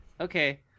Okay